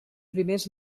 primers